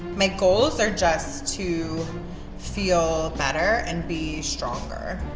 my goals are just to feel better and be stronger,